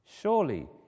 Surely